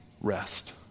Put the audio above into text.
rest